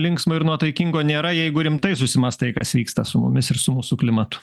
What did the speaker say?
linksmo ir nuotaikingo nėra jeigu rimtai susimąstai kas vyksta su mumis ir su mūsų klimatu